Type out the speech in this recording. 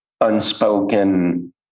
unspoken